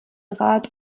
rat